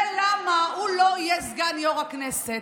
זה למה הוא לא יהיה סגן יו"ר הכנסת,